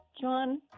John